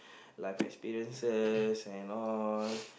like my experiences and all